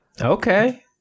Okay